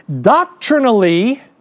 Doctrinally